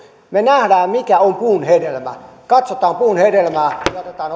me näemme mikä on puun hedelmä katsotaan puun hedelmää ja otetaan